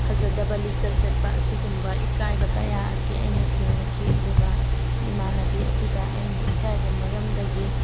ꯐꯖꯗꯕ ꯂꯤꯆꯠ ꯆꯠꯄ ꯑꯁꯤꯒꯨꯝꯕ ꯏꯀꯥꯏꯕ ꯀꯌꯥ ꯑꯁꯤ ꯑꯩꯅ ꯊꯦꯡꯅꯈꯤ ꯑꯗꯨꯒ ꯏꯃꯥꯟꯅꯕꯤ ꯑꯗꯨꯗ ꯑꯩꯅ ꯏꯀꯥꯏꯕ ꯃꯔꯝꯗꯒꯤ